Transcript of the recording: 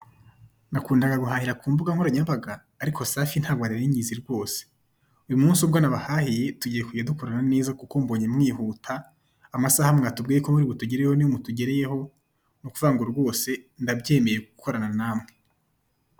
Nakundaga guahahira ku mbuga nkoranyambaga ariko safi ntago nari nyizi rwose! Uyu munsi ubwo nabahahiye tugiye kujya dukorana neza kuko mbonye mwihuta amasaha mwatubwiye ko muri butugerereho ni yo mutugereyeho ni ukuvuga ngo rwose ndabyemrye gukorana namwe.